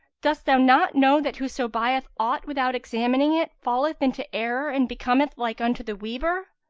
dost thou not know that whoso buyeth aught without examining it, falleth into error and becometh like unto the weaver?